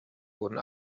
wurden